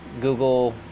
Google